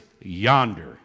yonder